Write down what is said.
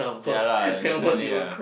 ya lah definitely ah